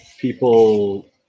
people